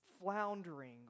floundering